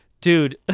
Dude